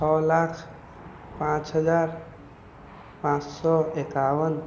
छओ लाख पाँच हजार पाँच सए एकावन